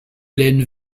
laine